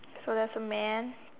so there's a man